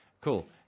Cool